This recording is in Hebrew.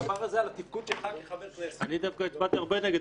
כי אתה יודע שהצבעת נגד